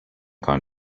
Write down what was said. kind